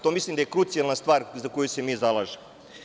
To mislim da je krucijalna stvar za koju se mi zalažemo.